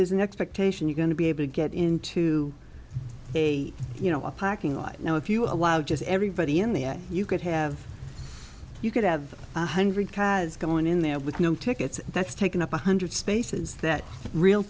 there's an expectation you going to be able to get into a you know a parking lot you know if you allow just everybody in the end you could have you could have one hundred cars going in there with no tickets that's taken up one hundred spaces that real